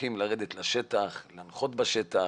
שמתכוונים לרדת לשטח, להנחות בשטח,